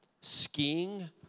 skiing